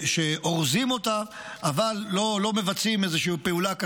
שאורזים אותה אבל לא מבצעים בה איזושהי פעולה,